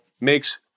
makes